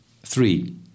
Three